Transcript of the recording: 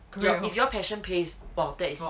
well if your passion pays !wow! that is